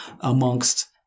amongst